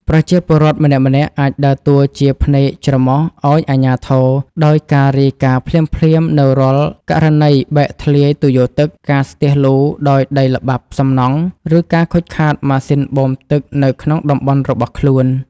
ប្រជាពលរដ្ឋម្នាក់ៗអាចដើរតួជាភ្នែកច្រមុះ ឱ្យអាជ្ញាធរ ដោយការរាយការណ៍ភ្លាមៗនូវរាល់ករណីបែកធ្លាយទុយោទឹក ការស្ទះលូដោយដីល្បាប់សំណង់ ឬការខូចខាតម៉ាស៊ីនបូមទឹកនៅក្នុងតំបន់របស់ខ្លួន។